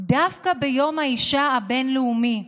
דווקא ביום האישה הבין-לאומי,